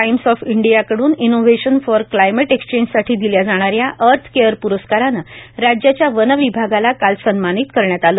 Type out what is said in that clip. Times of इंडियाकडून innovation for climate एक्शनसाठी दिल्या जाणाऱ्या अर्थ केअर प्रस्कारानं राज्याच्या वन विभागाला काल सन्मानित करण्यात आला